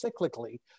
cyclically